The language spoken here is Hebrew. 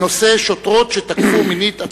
בנושא: שוטרות שתקפו מינית עצורות.